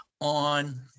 on